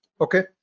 okay